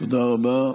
תודה רבה.